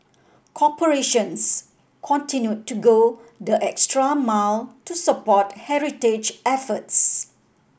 corporations continued to go the extra mile to support heritage efforts